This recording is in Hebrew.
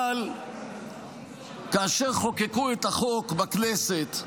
אבל כאשר חוקקו את החוק בכנסת,